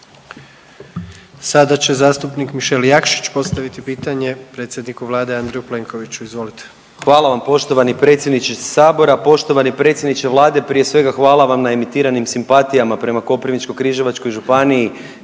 Sada će zastupnik Mišel Jakšić postaviti pitanje predsjedniku vlade Andreju Plenkoviću. Izvolite. **Jakšić, Mišel (SDP)** Hvala vam. Poštovani predsjedniče sabora, poštovani predsjedniče vlade. Prije svega hvala vam na emitiranim simpatijama prema Koprivničko-križevačkoj županiji